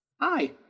Hi